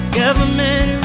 government